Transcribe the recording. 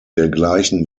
dergleichen